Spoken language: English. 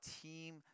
team